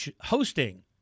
hosting